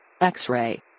X-Ray